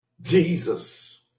Jesus